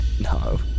No